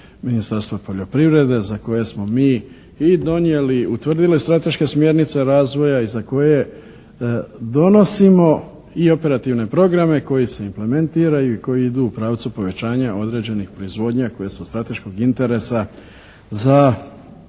Ministarstva poljoprivrede za koje smo mi i donijeli, utvrdili strateške smjernice razvoja i za koje donosimo i operativne programe koji se implementiraju i koji idu u pravcu povećanja određenih proizvodnja koje su od strateškog interesa za poljoprivredu